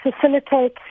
facilitate